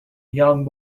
young